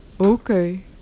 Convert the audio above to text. Okay